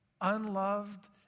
unloved